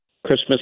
Christmas